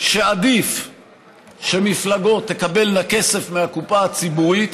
עדיף שמפלגות תקבלנה כסף מהקופה הציבורית